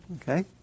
Okay